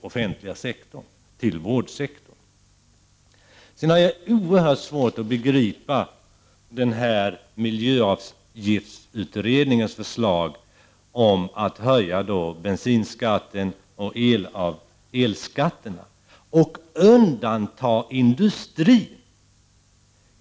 Jag har sedan oerhört svårt att begripa miljöavgiftsutredningens förslag om att undanta industrin från höjda bensinoch elskatter.